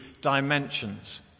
dimensions